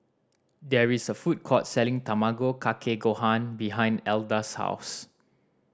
there is a food court selling Tamago Kake Gohan behind Elda's house